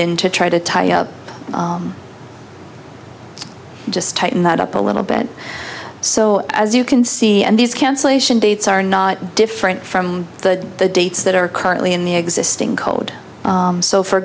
in to try to tie up just tighten that up a little bit so as you can see and these cancellation dates are not different from the dates that are currently in the existing code so for